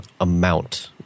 amount